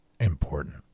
important